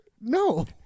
No